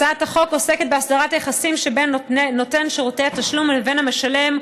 הצעת החוק עוסקת בהסדרת היחסים שבין נותן שירותי התשלום לבין המשלם,